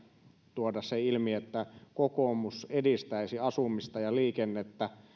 tuoda myös se ilmi että kokoomus edistäisi asumista ja liikennettä